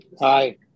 Aye